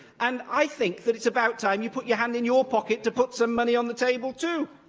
and i think that it's about time you put your hand in your pocket to put some money on the table too.